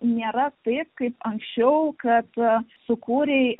nėra taip kaip anksčiau kad sukūrei